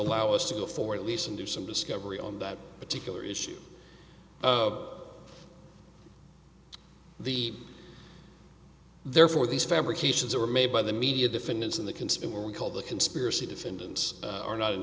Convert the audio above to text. allow us to go forward at least and do some discovery on that particular issue of the therefore these fabrications are made by the media defendants and the consumer we call the conspiracy defendants are not